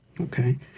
Okay